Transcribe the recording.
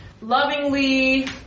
lovingly